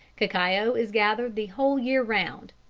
cacao is gathered the whole year round.